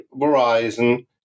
Verizon